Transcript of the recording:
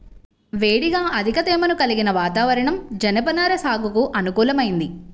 వేడిగా అధిక తేమను కలిగిన వాతావరణం జనపనార సాగుకు అనుకూలమైంది